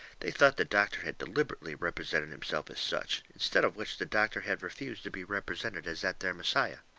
they thought the doctor had deliberately represented himself as such, instead of which the doctor had refused to be represented as that there messiah.